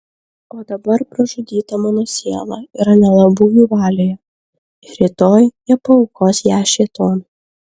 o dabar pražudyta mano siela yra nelabųjų valioje ir rytoj jie paaukos ją šėtonui